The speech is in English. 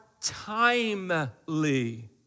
timely